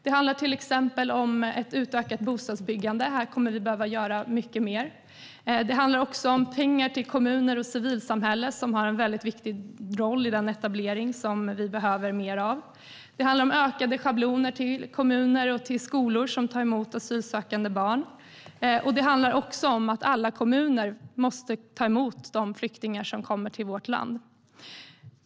Det handlar till exempel om ett utökat bostadsbyggande. Här behöver mer göras. Det handlar också om pengar till kommuner och civilsamhälle, som har en viktig roll i den etablering som det behövs mer av. Det handlar om ökade schabloner till kommuner och skolor som tar emot asylsökande barn. Det handlar också om att alla kommuner måste ta emot de flyktingar som kommer till vårt land.